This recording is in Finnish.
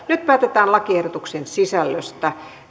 nyt päätetään lakiehdotuksen sisällöstä